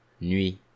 nuit